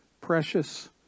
precious